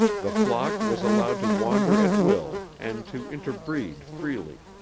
the flock was allowed to wander at will and to interbreed freely.